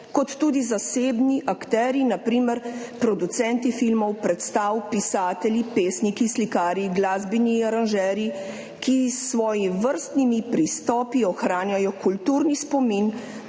kot tudi zasebni akterji, na primer producenti filmov, predstav, pisatelji, pesniki, slikarji, glasbeni aranžerji, ki s svojevrstnimi pristopi ohranjajo kulturni spomin